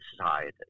society